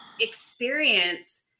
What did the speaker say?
experience